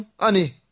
ani